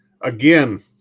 again